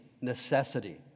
necessity